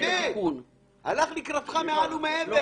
הלך לקראתך מעל ומעבר.